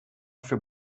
für